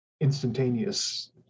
instantaneous